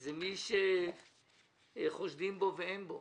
זה מי שחושדים בו ואין בו.